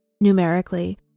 numerically